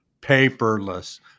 paperless